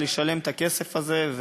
לשלם את הכסף הזה.